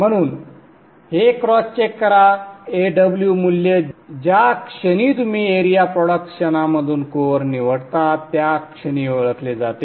म्हणून हे cross check करा Aw मूल्य ज्या क्षणी तुम्ही एरिया प्रॉडक्ट क्षणामधून कोअर निवडता त्या क्षणी ओळखले जाते